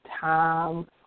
time